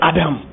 Adam